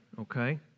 okay